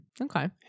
Okay